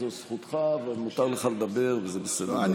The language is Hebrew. זאת זכותך, ומותר לך לדבר וזה בסדר גמור.